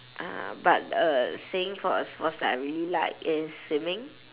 ah but uh saying for a sports that I really like is swimming